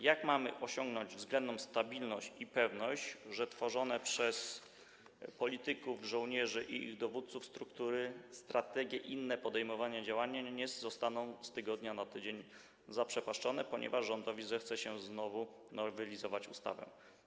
Jak mamy osiągnąć względną stabilność i pewność, że tworzone przez polityków, żołnierzy i ich dowódców struktury, strategie i inne podejmowane działania nie zostaną z tygodnia na tydzień zaprzepaszczone, ponieważ rządowi zechce się znowu nowelizować ustawę?